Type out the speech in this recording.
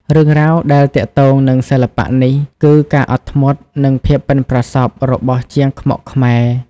រឿងរ៉ាវដែលទាក់ទងនឹងសិល្បៈនេះគឺ ការអត់ធ្មត់ និងភាពប៉ិនប្រសប់ របស់ជាងខ្មុកខ្មែរ។